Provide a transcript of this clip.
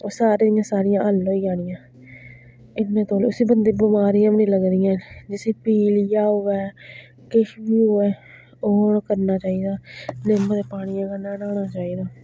ओह् सारे दी सारियां हल होई जानियां इन्ने तौले उसी बंदे बमारियां बी नेईं लगदियां जिसी पीलिया होआ किश बी होऐ ओह् करना चाहिदा निम्म दे पानियै कन्नै न्हाना चाहिदा